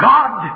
God